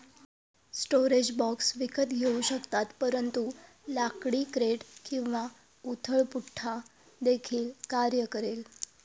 storage box विकत घेऊ शकतात परंतु लाकडी क्रेट किंवा उथळ पुठ्ठा देखील कार्य करेल